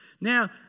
Now